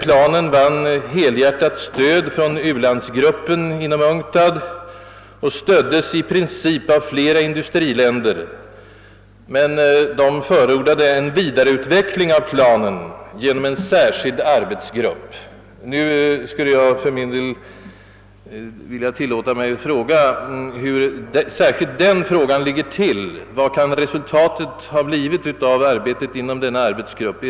Planen vann helhjärtat stöd från u-landsgruppen inom UNCTAD och stöddes i princip av flera industriländer, men man förordade en vidareutveckling av planen genom en särskild arbetsgrupp. Jag tillåter mig alltså nu fråga hur det ligger till med denna saks vidare behandling? Vad kan resultatet ha blivit av verksamheten inom den nämnda arbetsgruppen?